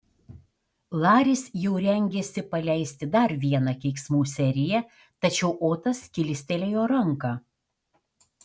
laris jau rengėsi paleisti dar vieną keiksmų seriją tačiau otas kilstelėjo ranką